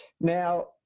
Now